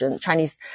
Chinese